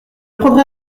prendrai